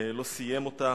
לא סיים אותה,